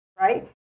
right